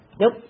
nope